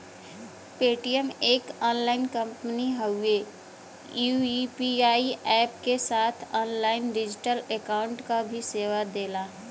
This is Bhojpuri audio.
पेटीएम एक ऑनलाइन कंपनी हउवे ई यू.पी.आई अप्प क साथ ऑनलाइन डिजिटल अकाउंट क भी सेवा देला